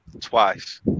Twice